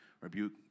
Rebuke